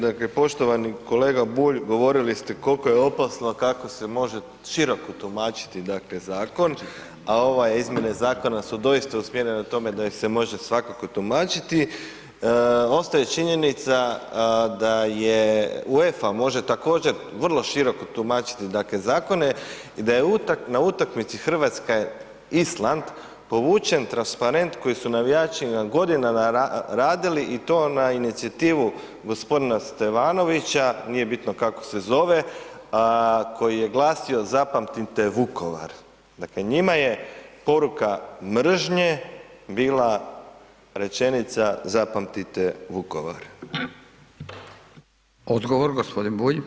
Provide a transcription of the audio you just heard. Dakle, poštovani kolega Bulj govorili ste kolko je opasna, kako se može široko tumačiti, dakle zakon, a ove izmjene zakona su doista usmjerene na tome da ih se može svakako tumačiti, ostaje činjenica da je UEFA može također vrlo široko tumačiti dakle zakone i da je na utakmici Hrvatske Island povučen transparent koji su navijači godinama radili inicijativu gospodina Stevanovića, nije bitno kako se zove, koji je glasio „Zapamtite Vukovar“, dakle njima je poruka mržnje bila rečenica zapamtite Vukovar.